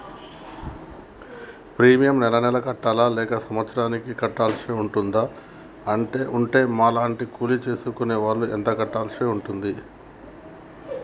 Premium నెల నెలకు కట్టాలా లేక సంవత్సరానికి కట్టాల్సి ఉంటదా? ఉంటే మా లాంటి కూలి చేసుకునే వాళ్లు ఎంత కట్టాల్సి ఉంటది?